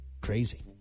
Crazy